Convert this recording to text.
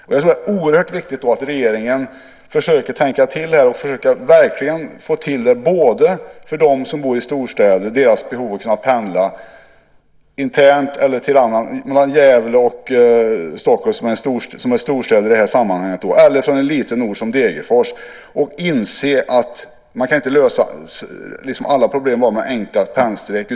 Det är oerhört viktigt att regeringen försöker tänka till och försöker täcka in behoven både för dem som bor i storstäder, till exempel mellan Gävle och Stockholm, och för dem som bor i små orter som Degerfors att kunna pendla. Man måste inse att det inte går att lösa problemen med enkla pennstreck.